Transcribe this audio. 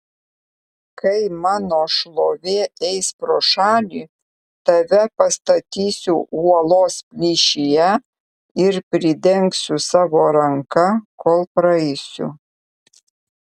kai mano šlovė eis pro šalį tave pastatysiu uolos plyšyje ir pridengsiu savo ranka kol praeisiu